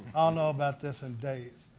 i'll know about this in days.